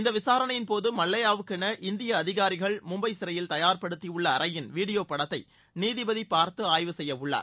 இந்த விசாரணையின் போது மல்லய்யாவுக்கென இந்திய அதிகாரிகள் மும்பை சிறையில் தயார் படுத்தியுள்ள அறையின் வீடியோ படத்தை நீதிபதி பார்த்து ஆய்வு செய்ய உள்ளார்